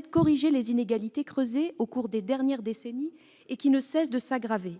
de corriger les inégalités, qui se sont creusées au cours des dernières décennies et qui ne cessent de s'aggraver.